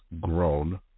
grown